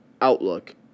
Outlook